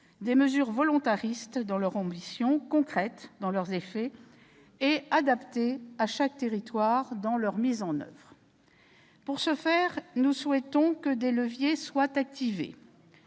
des mesures volontaristes dans leur ambition, concrètes dans leurs effets et adaptées à chaque territoire dans leur mise en oeuvre. Pour ce faire, nous souhaitons que des leviers soient activés.